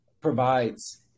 provides